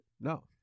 No